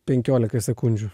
penkiolikai sekundžių